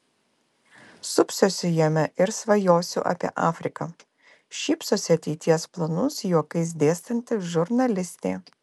supsiuosi jame ir svajosiu apie afriką šypsosi ateities planus juokais dėstanti žurnalistė